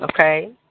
Okay